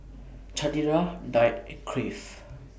Chanira Knight and Crave